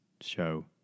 show